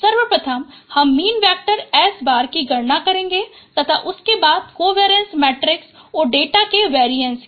सर्वप्रथम हम mean vector S bar की गणना करेगें तथा उसके बाद कोवेरिएंस मेट्रिक्स और डेटा के वेरिएंस के